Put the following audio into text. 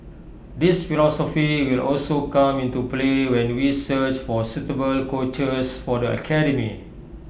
this philosophy will also come into play when we search for suitable coaches for the academy